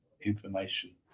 information